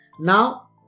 Now